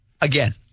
Again